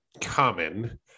common